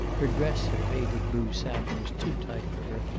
her dress of faded blue satin was too tight for her,